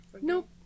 Nope